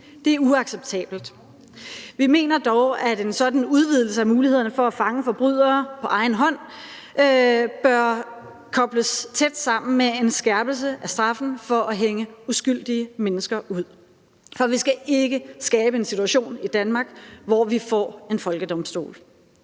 Det er uacceptabelt. Vi mener dog, at en sådan udvidelse af mulighederne for at fange forbrydere på egen hånd bør kobles tæt sammen med en skærpelse af straffen for at hænge uskyldige mennesker ud; for vi skal ikke skabe en situation i Danmark, hvor vi får en folkedomstol.